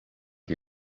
die